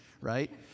right